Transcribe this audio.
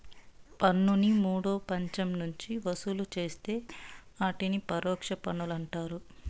పన్నుని మూడో పచ్చం నుంచి వసూలు చేస్తే ఆటిని పరోచ్ఛ పన్నులంటారు